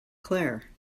claire